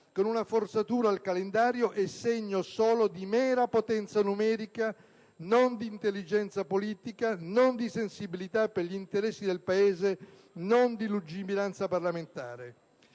con una forzatura al calendario è segno solo di mera potenza numerica, non di intelligenza politica, non di sensibilità per gli interessi generali del Paese, non di lungimiranza parlamentare.